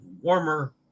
warmer